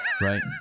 right